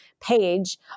page